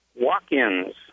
walk-ins